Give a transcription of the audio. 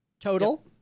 Total